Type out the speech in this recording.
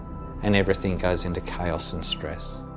and everything goes into chaos and stress.